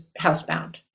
housebound